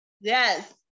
Yes